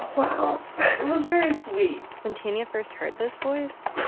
wow it was very sweet when tanya first heard this voice,